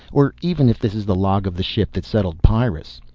or even if this is the log of the ship that settled pyrrus.